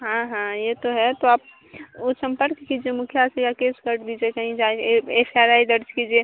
हाँ हाँ यह तो है तो आप वह संपर्क कीजिए मुखिया से या केस कर दीजिए कहीं जा ए एफ आर आई दर्ज कीजिए